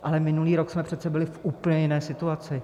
Ale minulý rok jsme přece byli v úplně jiné situaci.